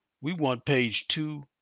we want page two,